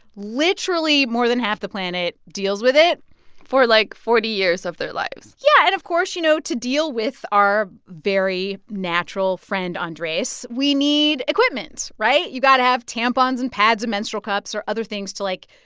literally more than half the planet deals with it for, like, forty years of their lives yeah. and, of course, you know, to deal with our very natural friend andres, we need equipment, right? you got to have tampons and pads and menstrual cups or other things to, like,